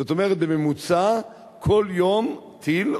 זאת אומרת בממוצע כל יום טיל,